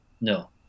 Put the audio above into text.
No